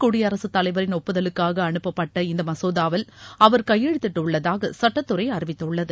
குடியரசுத் தலைவரின் ஒப்புதலுக்காக அனுப்பப்பட்ட இந்த மசோதாவில் அவர் கையெழுத்திட்டுள்ளதாக சட்டத்துறை அறிவித்துள்ளது